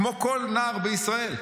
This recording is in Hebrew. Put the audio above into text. כמו כל נער בישראל,